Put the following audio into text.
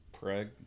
preg